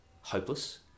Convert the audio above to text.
hopeless